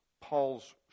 Paul's